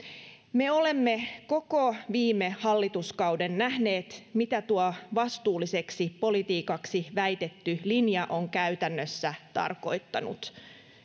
me olemme koko viime hallituskauden nähneet mitä tuo vastuulliseksi politiikaksi väitetty linja on käytännössä tarkoittanut